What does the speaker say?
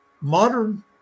Modern